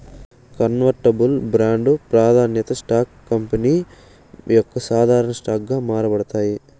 convertible బాండ్లు, ప్రాదాన్య stocks company యొక్క సాధారన స్టాక్ గా మార్చబడతాయి